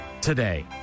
Today